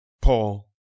Paul